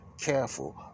careful